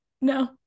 no